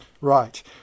right